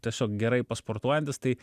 tiesiog gerai pasportuojantis tai